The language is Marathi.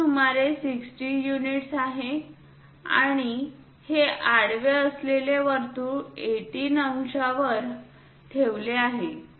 हे सुमारे 60 युनिट्स आहे आणि हे आडवे असलेले वर्तुळ 18 अंशांवर ठेवले आहे